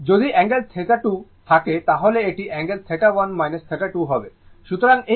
যদি অ্যাঙ্গেল 2 থাকে তাহলে এটি অ্যাঙ্গেল 1 2 হবে